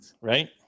Right